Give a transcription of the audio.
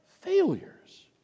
failures